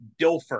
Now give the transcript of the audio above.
Dilfer